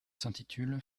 s’intitule